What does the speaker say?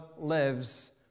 lives